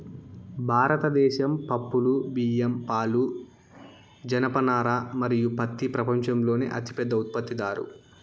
భారతదేశం పప్పులు, బియ్యం, పాలు, జనపనార మరియు పత్తి ప్రపంచంలోనే అతిపెద్ద ఉత్పత్తిదారు